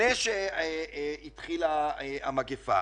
לפני שהתחילה המגפה,